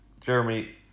Jeremy